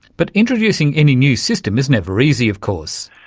but introducing any new system is never easy, of course.